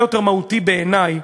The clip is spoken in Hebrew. הרבה יותר מהותי בעיני,